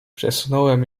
przesunąłem